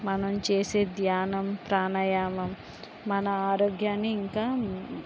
మనం చేసే ధ్యానం ప్రాణాయామం మన ఆరోగ్యాన్ని ఇంకా